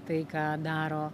tai ką daro